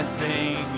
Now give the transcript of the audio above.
sing